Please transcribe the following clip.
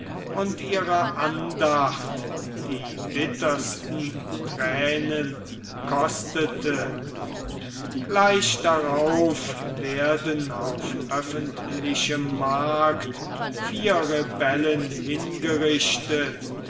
und ihrer andacht die bittersten thränen kostete gleich darauf werden auf öffentlichem markte vier rebellen hingerichtet